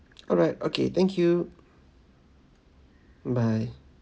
alright okay thank you bye